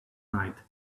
night